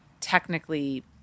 technically